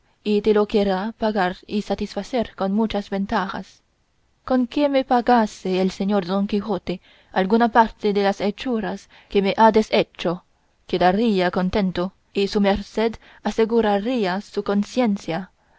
y te lo querrá pagar y satisfacer con muchas ventajas con que me pagase el señor don quijote alguna parte de las hechuras que me ha deshecho quedaría contento y su merced aseguraría su conciencia